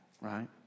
right